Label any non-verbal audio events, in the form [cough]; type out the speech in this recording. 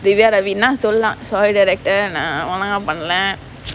சொல்லலாம்:sollalaam sorry director நான் ஒழுங்கா பண்லே:naan olunga panlae [noise]